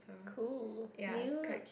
cool did you